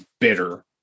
bitter